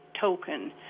token